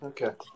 Okay